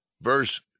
Verse